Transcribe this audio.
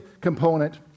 component